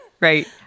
Right